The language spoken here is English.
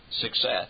success